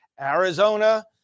Arizona